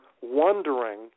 wondering